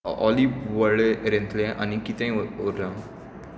ऑली वळेरेंतले आनीक कितेय उरलां